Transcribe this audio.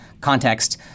context